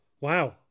Wow